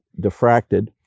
diffracted